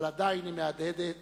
אבל עדיין היא מהדהדת